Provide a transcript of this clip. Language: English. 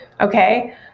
okay